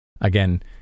Again